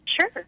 sure